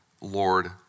Lord